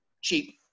cheap